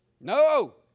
No